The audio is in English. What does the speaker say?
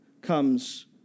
comes